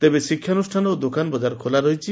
ତେବେ ଶିକ୍ଷାନୁଷାନ ଓ ଦୋକାନବଜାର ଖୋଲା ରହିଛି